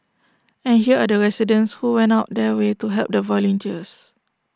and here are the residents who went out their way to help the volunteers